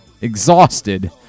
exhausted